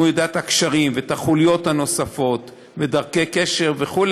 אם הוא יודע את הקשרים ואת החוליות הנוספות ודרכי קשר וכו',